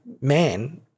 man